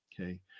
okay